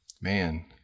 man